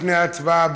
לפני ההצבעה,